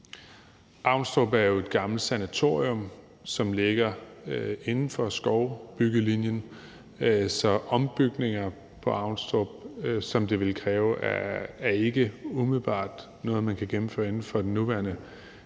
Avnstrup er jo et gammelt sanatorium, som ligger inden for skovbyggelinjen, så ombygninger på Avnstrup, som det ville kræve, er ikke umiddelbart noget, man kan gennemføre inden for det nuværende